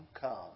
come